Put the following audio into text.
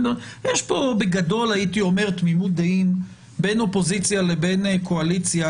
יש פה בגדול תמימות דעים בין אופוזיציה לבין קואליציה,